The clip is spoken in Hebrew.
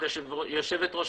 יושבת-ראש